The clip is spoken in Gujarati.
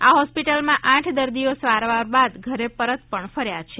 આ હોસ્પિટલમાં આઠ દર્દીઓ સારવાર બાદ ઘરે પરત પણ ફર્યા છે